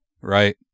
right